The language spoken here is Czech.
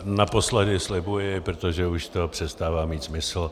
Naposledy, slibuji, protože už to přestává mít smysl.